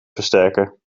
versterken